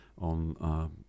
on